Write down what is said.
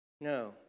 No